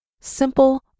Simple